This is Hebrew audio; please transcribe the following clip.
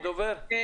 אני